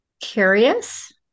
curious